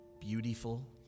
beautiful